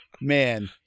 man